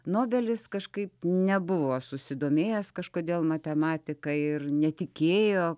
nobelis kažkaip nebuvo susidomėjęs kažkodėl matematika ir netikėjo